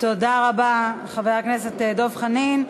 תודה רבה, חבר הכנסת דב חנין.